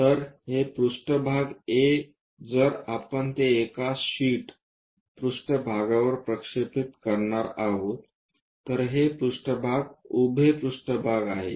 तर हे पृष्ठभाग A जर आपण ते एका शीट पृष्ठभागवर प्रक्षेपित करणार आहोत तर हे पृष्ठभाग उभे पृष्ठभाग आहे